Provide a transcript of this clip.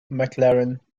mclaren